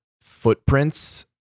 footprints